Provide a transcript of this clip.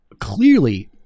clearly